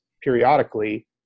periodically